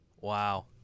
Wow